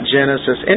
Genesis